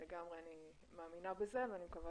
אני גם מאמינה בזה ומקווה